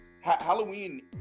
Halloween